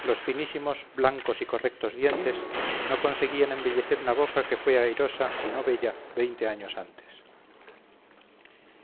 los finísimos blancos y correctos dientes no conseguían embellecer una boca que fue airosa si no bella veinte años antes